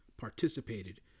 participated